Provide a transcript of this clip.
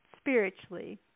spiritually